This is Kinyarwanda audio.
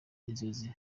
inzozi